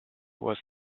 was